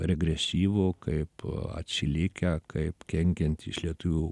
regresyvų kaip atsilikę kaip kenkiantys lietuvių